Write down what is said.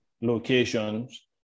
locations